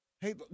Hey